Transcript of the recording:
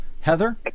Heather